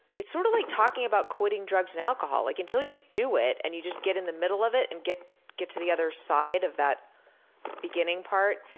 it's sort of like talking about quitting drugs and alcohol. like until you do it and you just get in the middle of it and get get to the other side of that beginning part,